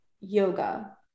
yoga